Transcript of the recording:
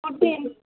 food